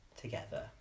together